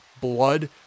Blood